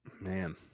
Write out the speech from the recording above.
Man